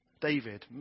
David